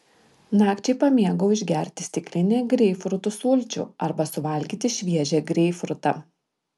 nakčiai pamėgau išgerti stiklinę greipfrutų sulčių arba suvalgyti šviežią greipfrutą